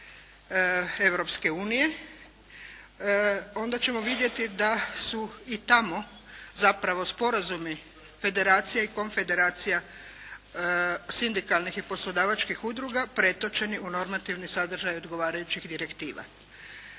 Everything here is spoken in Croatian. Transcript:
Europske unije onda ćemo vidjeti da su i tamo zapravo sporazumi federacija i konfederacija sindikalnih i poslodavačkih udruga pretočeni u normativni sadržaj odgovarajućih direktiva.